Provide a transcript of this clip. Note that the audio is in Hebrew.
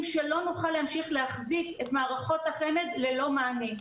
שלא נוכל להחזיק את מערכות החמ"ד ללא מענה.